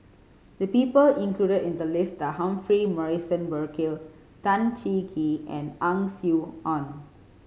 the people included in the list are Humphrey Morrison Burkill Tan Cheng Kee and Ang Swee Aun